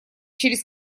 через